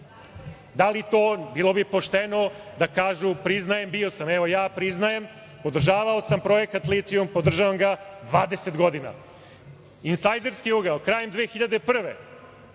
Da li to oni, bilo bi pošteno, da kažu, priznajem bio sam, evo ja priznajem, podržavao sam projekat litijuma, podržavam ga 20 godina. Insajderski ugao, krajem 2001.